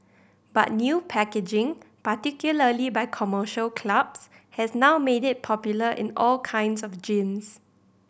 but new packaging particularly by commercial clubs has now made it popular in all kinds of gyms